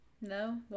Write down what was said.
no